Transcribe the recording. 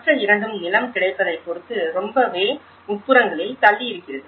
மற்ற இரண்டும் நிலம் கிடைப்பதைப் பொறுத்து ரொம்பவே உட்புறங்களில் தள்ளியிருக்கிறது